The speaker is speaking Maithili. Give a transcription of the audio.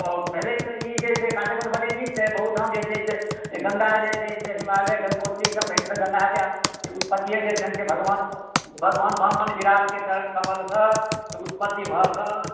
तऽ भेलै तऽ ई जे छै कार्यक्रम बड्ड नीक छै बहुत ठाम जे छै से गङ्गा जे छै से हिमालयसँ गङ्गोत्री पहिने तऽ गङ्गाके उत्पतिए जे छैन्ह से भगवानके भगवान वामन विराटके चरण कमलसँ उत्पत्ति भऽ कऽ